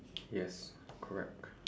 yes correct